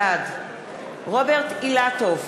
בעד רוברט אילטוב,